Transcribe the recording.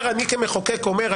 אומר,